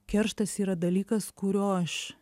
kerštas yra dalykas kurio aš